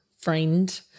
friend